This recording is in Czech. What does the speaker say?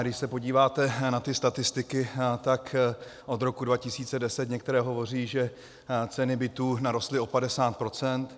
Když se podíváte na ty statistiky, tak od roku 2010 některé hovoří, že ceny bytů narostly o padesát procent.